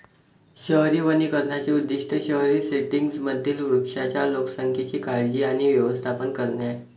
शहरी वनीकरणाचे उद्दीष्ट शहरी सेटिंग्जमधील वृक्षांच्या लोकसंख्येची काळजी आणि व्यवस्थापन करणे आहे